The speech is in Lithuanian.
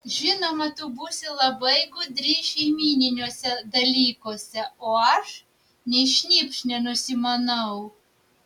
žinoma tu būsi labai gudri šeimyniniuose dalykuose o aš nei šnypšt nenusimanau